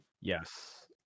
yes